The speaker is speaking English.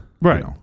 Right